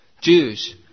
Jews